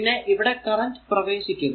പിന്നെ ഇവിടെ കറന്റ് പ്രവേശിക്കുന്നു